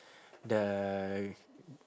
the